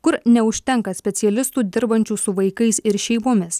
kur neužtenka specialistų dirbančių su vaikais ir šeimomis